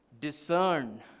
Discern